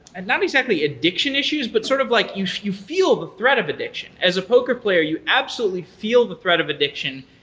and not actually addiction issues, but sort of like you you feel the threat of addiction. as a poker player, you absolutely feel the threat of addiction,